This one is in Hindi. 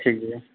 ठीक भैया